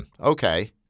okay